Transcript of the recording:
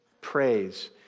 praise